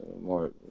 More